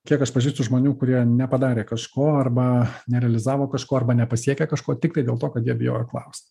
kiek aš pažįstu žmonių kurie nepadarė kažko arba nerealizavo kažko arba nepasiekė kažko tiktai dėl to kad jie bijojo klausti